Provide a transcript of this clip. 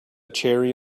cherry